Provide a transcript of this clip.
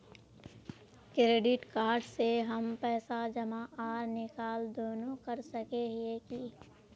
Credit card से हम पैसा जमा आर निकाल दोनों कर सके हिये की?